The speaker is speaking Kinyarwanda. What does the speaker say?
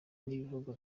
n’ibihugu